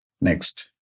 Next